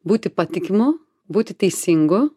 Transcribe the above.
būti patikimu būti teisingu